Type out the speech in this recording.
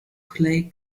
clay